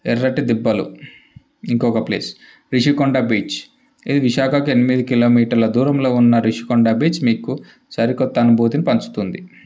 ఎర్రటి దిబ్బలు ఇంకొక ప్లేస్ రిషికొండ బీచ్ ఇది విశాఖకు ఎనిమిది కిలోమీటర్ల దూరంలో ఉన్న రిషికొండ బీచ్ మీకు సరికొత్త అనుభూతిని పంచుతుంది